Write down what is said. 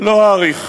לא אאריך,